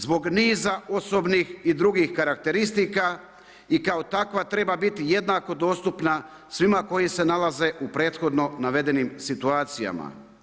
Zbog niza osobnih i drugih karakteristika i kao takva treba biti jednako dostupna svima koji se nalaze u prethodno navedenim situacijama.